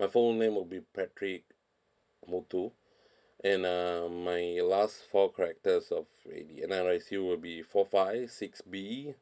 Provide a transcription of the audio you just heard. my full name would be patrick motoh and um my last four characters of the N_R_I_C would be four five six B